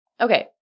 Okay